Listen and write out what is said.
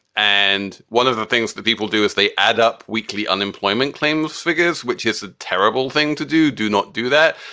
and one of the things that people do is they add up weekly unemployment claims figures, which is a terrible thing to do. do not do that.